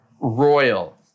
Royal